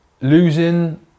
Losing